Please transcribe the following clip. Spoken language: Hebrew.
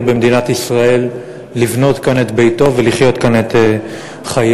במדינת ישראל לבנות כאן את ביתו ולחיות כאן את חייו.